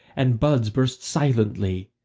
and buds burst silently,